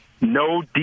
no